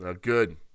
Good